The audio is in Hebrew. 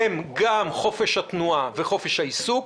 הן גם חופש התנועה וחופש העיסוק.